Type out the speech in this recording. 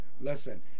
Listen